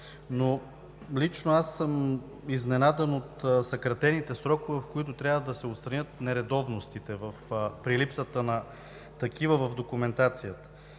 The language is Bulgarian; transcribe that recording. аз обаче съм изненадан от съкратените срокове, в които трябва да се отстранят нередовностите при липсата на такива в документацията.